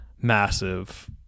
massive